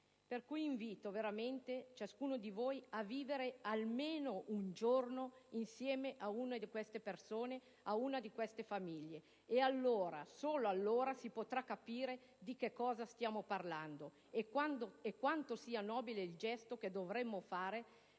Pertanto, invito ciascuno di voi a vivere almeno un giorno insieme ad una di queste persone, ad una di queste famiglie. Allora, solo allora, si potrà capire di cosa stiamo parlando e quanto sia nobile il gesto che dovremmo fare